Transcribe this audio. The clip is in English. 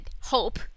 hope